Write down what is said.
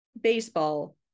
baseball